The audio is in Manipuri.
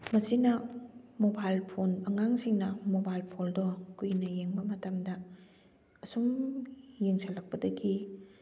ꯃꯁꯤꯅ ꯃꯣꯕꯥꯏꯜ ꯐꯣꯟ ꯑꯉꯥꯡꯁꯤꯡꯅ ꯃꯣꯕꯥꯏꯜ ꯐꯣꯟꯗꯣ ꯀꯨꯏꯅ ꯌꯦꯡꯕ ꯃꯇꯝꯗ ꯑꯁꯨꯝ ꯌꯦꯡꯁꯜꯂꯛꯄꯗꯒꯤ